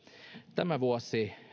tämä vuosi